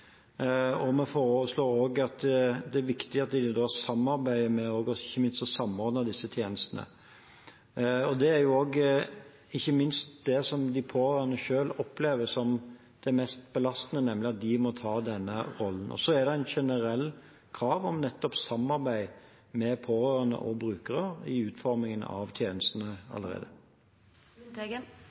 Vi foreslår også – og det er viktig – at man samarbeider og ikke minst samordner disse tjenestene. Det er ikke minst det de pårørende selv opplever som det mest belastende, nemlig at de må ta denne rollen. Så er det et generelt krav om nettopp samarbeid med pårørende og brukere i utformingen av tjenestene.